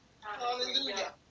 Hallelujah